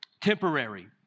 temporary